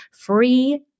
free